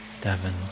Devon